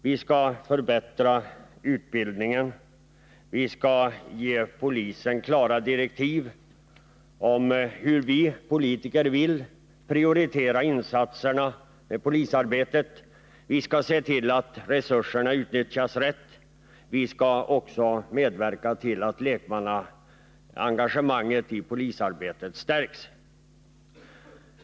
Vi skall förbättra utbildningen. Vi skall ge polisen klara direktiv om hur vi politiker vill prioritera insatserna när det gäller polisarbetet. Vi skall se till att resurserna utnyttjas rätt. Vi skall också medverka till att lekmannaengagemanget i polisarbetet stärks.